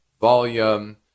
volume